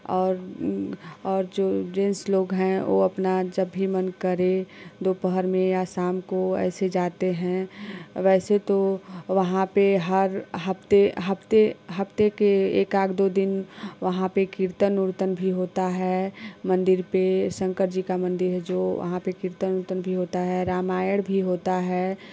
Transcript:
और ऊ और जो जेंट्स लोग हैं वो अपना जब भी मन करे दोपहर में या शाम को ऐसे जाते हैं आ वैसे तो वहाँ पे हर हफ्ते हफ्ते के एक आध दो दिन वहाँ पे कीर्तन उर्तन भी होता है मन्दिर पे शंकर जी का मन्दिर है जो वहाँ पे कीर्तन उर्तन भी होता है रामायण भी होता है